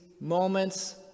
moments